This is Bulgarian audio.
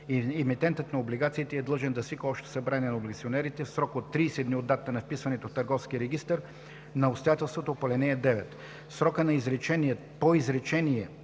9, емитентът на облигациите е длъжен да свика Общо събрание на облигационерите в срок от 30 дни от датата на вписването в търговския регистър, на обстоятелството по ал. 9. В срока по изречение първо